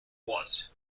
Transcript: was